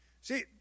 See